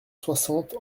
soixante